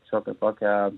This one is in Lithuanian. šiokia tokia